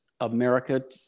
America